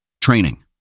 Training